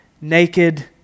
naked